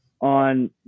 on